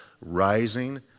rising